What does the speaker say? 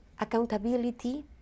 accountability